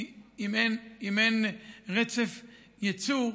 כי אם אין רצף יצוא,